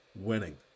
winning